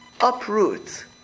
uproot